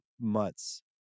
months